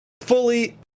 fully